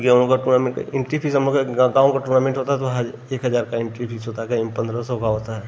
गाँव का टूर्नामेंट का एंट्री फ़ीस हम अगर गाँव का टूर्नामेंट होता तो एक हजार का एंट्री फ़ीस होता कहीं पंद्रह सौ का होता है